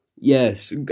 Yes